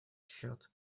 счет